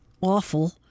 awful